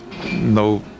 No